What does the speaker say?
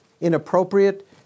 inappropriate